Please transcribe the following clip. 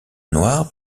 noire